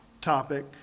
topic